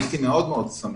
הייתי מאוד מאוד שמח.